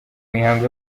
mihango